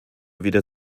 wieder